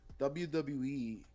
WWE